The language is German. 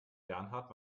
bernhard